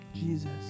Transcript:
Jesus